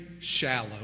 shallow